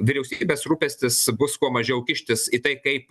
vyriausybės rūpestis bus kuo mažiau kištis į tai kaip